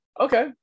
Okay